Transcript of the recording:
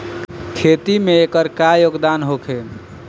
खेती में एकर का योगदान होखे?